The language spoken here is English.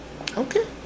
okay